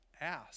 ask